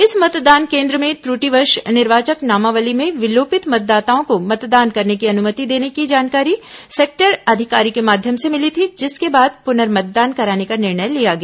इस मतदान केन्द्र में त्रटिवश निर्वाचक नामावली में विलोपित मतदाताओं को मतदान करने की अनुमति देने की जानकारी सेक्टर अधिकारी के माध्यम से मिली थी जिसके बाद प्रनर्मतदान कराने का निर्णय लिया गया